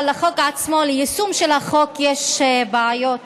אבל החוק עצמו, ליישום של החוק, יש בעיות.